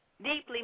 deeply